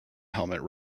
helmet